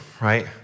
right